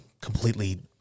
completely